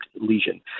lesion